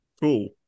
cool